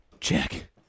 Check